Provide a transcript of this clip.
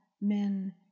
men